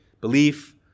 belief